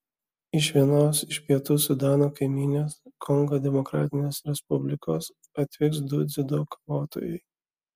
iš vienos iš pietų sudano kaimynės kongo demokratinės respublikos atvyks du dziudo kovotojai